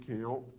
count